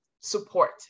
support